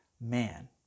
man